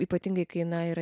ypatingai kai na yra